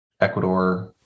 Ecuador